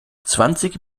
zwanzig